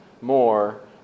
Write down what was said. more